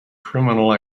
criminal